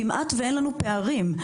כמעט ואין לנו פערים.